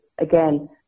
Again